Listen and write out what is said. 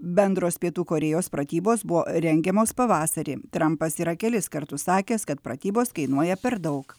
bendros pietų korėjos pratybos buvo rengiamos pavasarį trampas yra kelis kartus sakęs kad pratybos kainuoja per daug